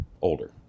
Older